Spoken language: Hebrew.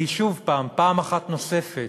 והיא שוב פעם, פעם אחת נוספת,